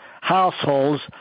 households